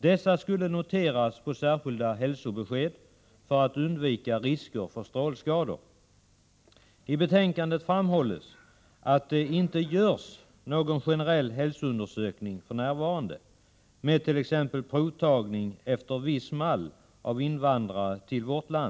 Dessa skulle noteras på särskilda hälsobesked för att man skulle undvika risker för strålskador. I betänkandet framhålls att det för närvarande inte görs någon generell hälsoundersökning av invandrare till vårt land med t.ex. provtagning efter viss mall.